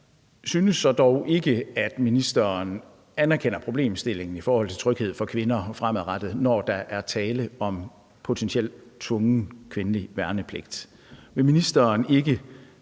synes dog ikke, at ministeren anerkender problemstillingen i forhold til tryghed for kvinder fremadrettet, når der er tale om potentiel tvungen kvindelig værnepligt.